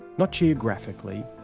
not geographically.